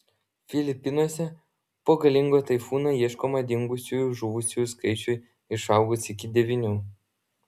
filipinuose po galingo taifūno ieškoma dingusiųjų žuvusiųjų skaičiui išaugus iki devynių